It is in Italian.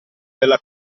dalla